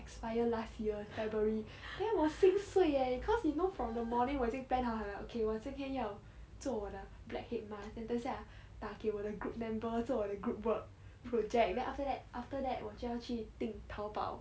expire last year february then 我心碎耶 cause you know from the morning 我已经 plan 好好了 okay 我今天要做我的 black head mask then 等一下打给我的 group member 做我的 group work project then after that after that 我就要去订淘宝